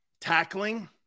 Tackling